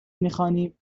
میخوانیم